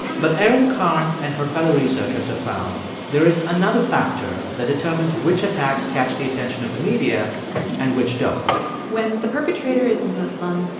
but erin kearns and her fellow researchers have found there is another factor that determines which attacks catch the attention of the media and which don't when the perpetrator is muslim,